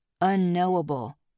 Unknowable